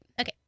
Okay